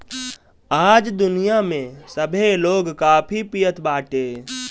आज दुनिया में सभे लोग काफी पियत बाटे